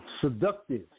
seductive